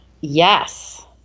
Yes